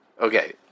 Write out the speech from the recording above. Okay